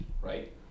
right